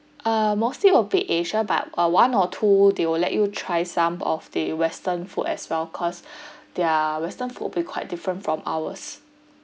uh mostly will be asia but uh one or two they will let you try some of the western food as well cause their western food will be quite different from ours